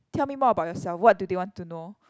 tell me more about yourself what do they want to know